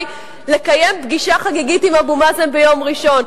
לקיים פגישה חגיגית עם אבו מאזן ביום ראשון.